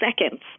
seconds